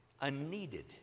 unneeded